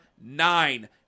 Nine